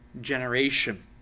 generation